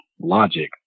logic